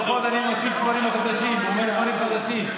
לפחות אני מוסיף דברים חדשים ואומר דברים חדשים.